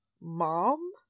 mom